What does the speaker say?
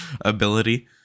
ability